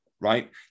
right